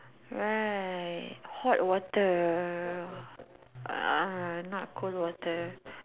right hot water uh uh not cold water